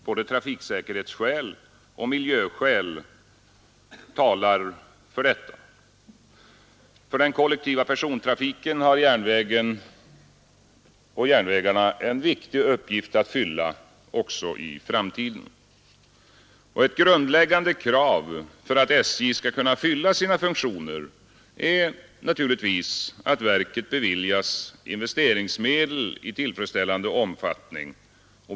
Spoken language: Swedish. Både trafiksäkerhetsskäl och miljöskäl talar för detta. För den kollektiva persontrafiken har järnvägarna en viktig uppgift att fylla också i framtiden. Ett grundläggande krav för att SJ skall kunna fylla sina funktioner är givetvis att verket beviljas investeringsmedel i tillfredsställande omfattning.